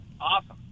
Awesome